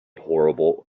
horrible